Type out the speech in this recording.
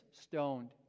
stoned